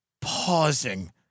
pausing